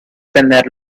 tener